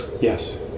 Yes